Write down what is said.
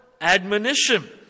admonition